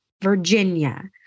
Virginia